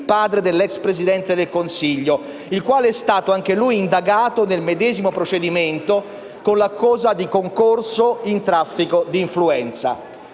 (padre dell'*ex* Presidente del Consiglio), il quale è stato anche lui indagato nel medesimo procedimento con l'accusa di concorso in traffico di influenza.